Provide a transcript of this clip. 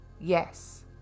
Yes